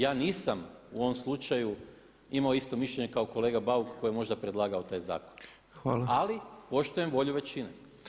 Ja nisam u ovom slučaju imao isto mišljenje kao kolega Bauk koji je možda predlagao taj zakon ali poštujem volju većine.